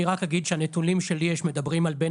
אני רק אגיד שהנתונים שלי יש מדברים על בין